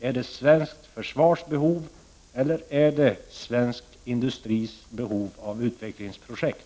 Är det svenskt försvars behov eller är det svensk industris behov av utvecklingsprojekt?